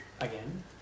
again